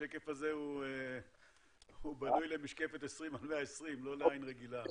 השקף הזה בנוי למשקף 20 על 120, לא לעין רגילה.